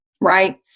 right